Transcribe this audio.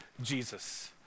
Jesus